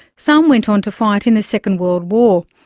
some went on to fight in the second world war.